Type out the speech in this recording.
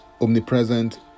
omnipresent